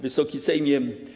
Wysoki Sejmie!